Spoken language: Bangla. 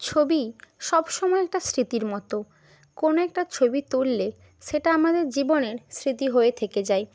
ছবি সবসময় একটা স্মৃতির মতো কোনও একটা ছবি তুললে সেটা আমাদের জীবনের স্মৃতি হয়ে থেকে যায়